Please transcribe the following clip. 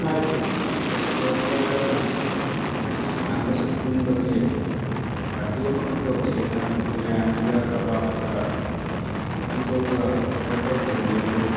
sky food ꯔꯦꯁꯇꯨꯔꯦꯟꯗ ꯑꯩꯅ ꯉꯁꯤ ꯏꯃꯥꯟꯅꯕꯁꯤꯡ ꯄꯨꯟꯕꯒꯤ ꯄꯥꯔꯇꯤ ꯑꯃꯈꯛ ꯇꯧꯁꯦꯅ ꯕꯤꯔꯌꯥꯅꯤꯒ ꯀꯕꯥꯞꯀ ꯆꯤꯛꯀꯟ ꯆꯧꯒ ꯑꯣꯗꯔ ꯇꯧꯈꯤꯕꯅꯦ ꯑꯗꯨ